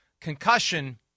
concussion